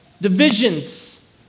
Divisions